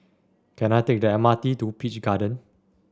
can I take the M R T to Peach Garden